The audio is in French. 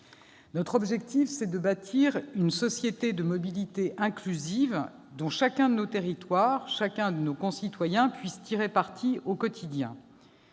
Notre objectif est de bâtir une société de mobilité inclusive, dont chacun de nos territoires, chacun de nos concitoyens puisse tirer parti au quotidien.